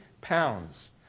pounds